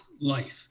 life